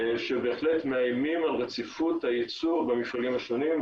שבהחלט מאיימים על רציפות הייצור במפעלים השונים,